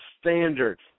standard